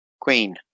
queen